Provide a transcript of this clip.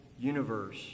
universe